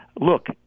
Look